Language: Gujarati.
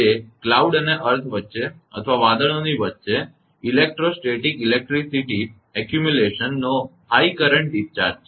તે મેઘ અને પૃથ્વી વચ્ચે અથવા વાદળોની વચ્ચે ઇલેક્ટ્રો સ્થિર વીજળી સંચયનો ઊંચો કરંટ સ્રાવ છે